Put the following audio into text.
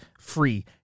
free